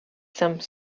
some